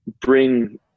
bring